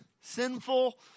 sinful